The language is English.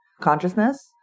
consciousness